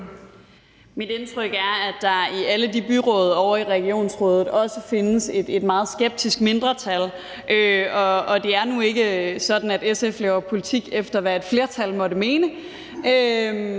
Mit indtryk er, at der i alle de byråd og i regionsrådet også findes et meget skeptisk mindretal, og det er nu ikke sådan, at SF laver politik efter, hvad et flertal måtte mene.